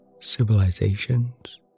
civilizations